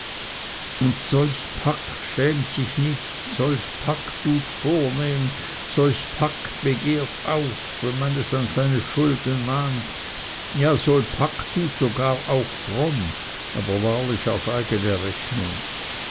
und solch pack schämt sich nicht solch pack tut vornehm solch pack begehrt auf wenn man es an seine schulden mahnt ja solch pack tut sogar auch fromm aber wahrlich auf eigene rechnung